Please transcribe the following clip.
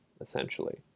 essentially